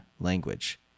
language